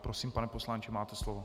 Prosím, pane poslanče, máte slovo.